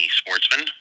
sportsman